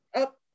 up